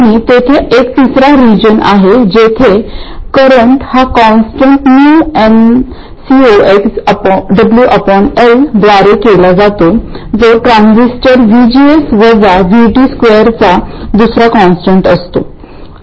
आणि तेथे एक तिसरा रिजन आहे जिथे करंट हा कॉन्स्टंट µnCox WLद्वारे केला जातो जो ट्रान्झिस्टर VGS वजा V T स्क्वेअरचा दुसरा कॉन्स्टंट असतो